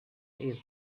ill